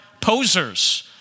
posers